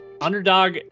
underdog